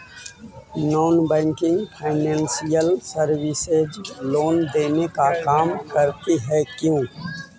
Non banking financial services loan देने का काम करती है क्यू?